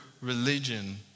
religion